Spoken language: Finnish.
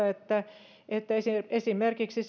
että esimerkiksi